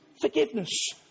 forgiveness